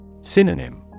Synonym